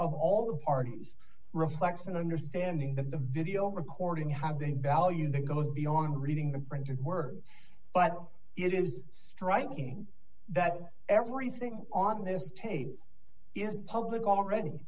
of all the parties reflects an understanding that the video recording has a value that goes beyond reading the printed word but it is striking that everything on this tape is public already